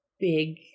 big